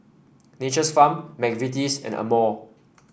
Nature's Farm McVitie's and Amore